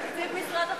תקציב משרד החוץ.